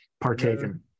partaken